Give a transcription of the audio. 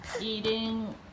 eating